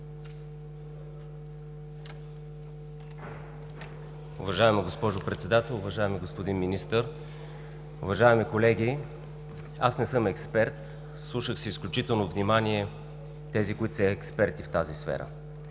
Уважаема госпожо Председател, уважаеми господин Министър, уважаеми колеги! Аз не съм експерт. Слушах с изключително внимание тези, които са експерти в тази сфера.